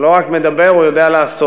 הוא לא רק מדבר, הוא יודע לעשות.